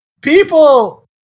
people